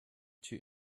two